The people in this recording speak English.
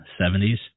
70s